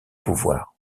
pouvoir